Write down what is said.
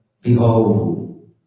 Behold